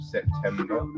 September